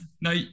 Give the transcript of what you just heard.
No